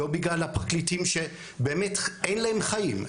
לא בגלל הפרקליטים שבאמת אין להם חיים,